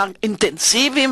אמר: אינטנסיביים,